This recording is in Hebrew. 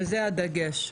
וזה הדגש.